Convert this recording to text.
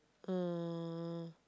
uh